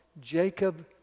Jacob